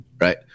right